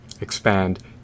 expand